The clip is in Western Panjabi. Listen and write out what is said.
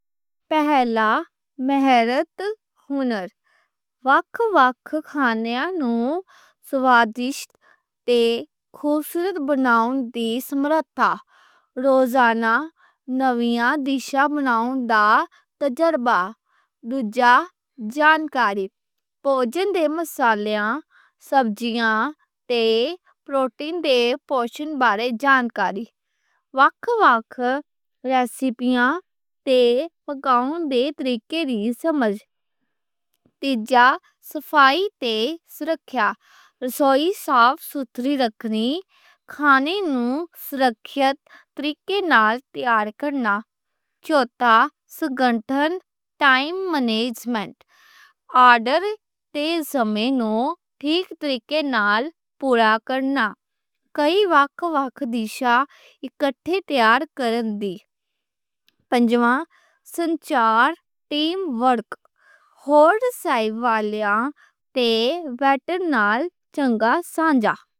پہلا مہارتیں ہونی، وکھ وکھ کھانے نوں سوادِشت تے خوبصورت بناؤندی سمرتھا۔ روزانہ نویاں ڈشاں بناؤنا۔ دوجا، مسالیاں، سبزیاں تے پروٹین دے پوشن بارے جانکاری۔ وکھ وکھ ریسیپیاں تے پکاؤن دے طریقے سمجھن۔ تیجا صفائی تے سرکھیا، رسوئی صاف ستھری رکھنی، کھانے نوں سُرکھِت طریقے نال تیار کرنا۔ چوتھا سنگٹھن، ٹائم مینیجمنٹ، آرڈر تے جمع نوں ٹھیک طریقے نال پولا کرنا۔ کئی وکھ وکھ ڈشاں اکھٹّے تیار کرنی۔ پنجواں سنچار، ٹیم ورک۔ ہوڑ صاحب والیاں تے ویٹر نال چنگا سانجھا۔